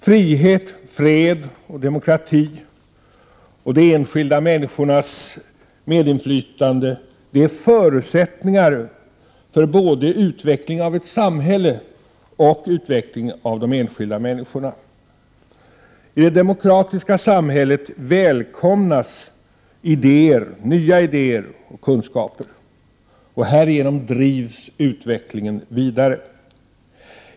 Frihet, fred och demokrati och de enskilda människornas medinflytande är förutsättningar för både utveckling av ett samhälle och utveckling av de enskilda människorna. I det demokratiska samhället välkomnas nya idéer och kunskaper. Härigenom drivs utvecklingen vidare.